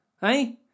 Hey